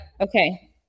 Okay